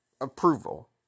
approval